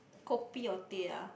kopi or teh ah